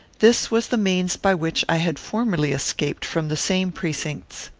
this was the means by which i had formerly escaped from the same precincts.